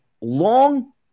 long